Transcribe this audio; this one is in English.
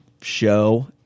show